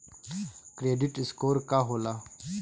Credit score का होला?